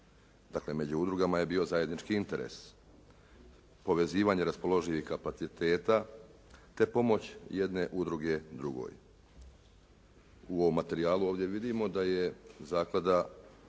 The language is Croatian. dakle, među udrugama je bio zajednički interes, povezivanje raspoloživih kapaciteta, te pomoć jedne udruge drugoj. U ovom materijalu ovdje vidimo, da u neku kažem